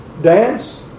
dance